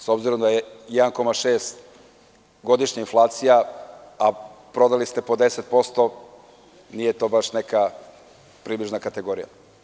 S obzirom da je 1,6% godišnja inflacija, a prodali ste po 10%, nije to baš neka približna kategorija.